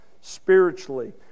spiritually